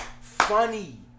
funny